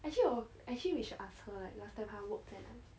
actually 我 actually we should ask her like last time 她 work 在哪里